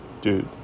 dude